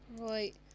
Right